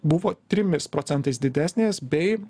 buvo trimis procentais didesnės bei